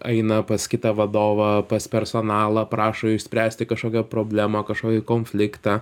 eina pas kitą vadovą pas personalą prašo išspręsti kažkokią problemą kažkokį konfliktą